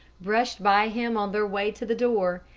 brushed by him on their way to the door,